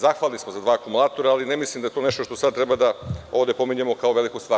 Zahvalni smo za dva akumulatora, ali ne mislim da je to nešto što sada treba ovde da pominjemo kao veliku stvar.